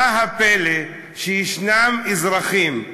מה הפלא שיש אזרחים,